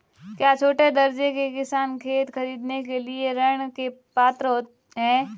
क्या छोटे दर्जे के किसान खेत खरीदने के लिए ऋृण के पात्र हैं?